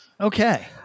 okay